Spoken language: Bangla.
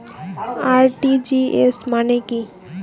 আর.টি.জি.এস মানে কি?